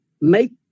make